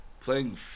playing